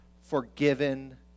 forgiven